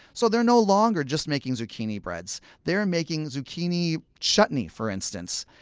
so they're no longer just making zucchini breads they're and making zucchini chutney, for instance.